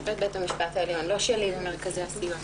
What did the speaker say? לא של מרכזי הסיוע.